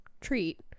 treat